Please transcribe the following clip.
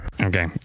okay